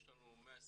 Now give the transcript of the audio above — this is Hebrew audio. יש לנו 125